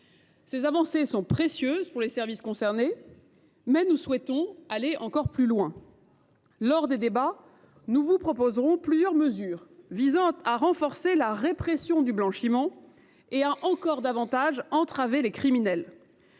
Ces avancées sont précieuses pour les services concernés, mais nous souhaitons aller encore plus loin. Ah… Lors des débats, nous vous proposerons plusieurs amendements visant à renforcer la répression du blanchiment et à entraver davantage encore l’action des criminels.